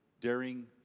daring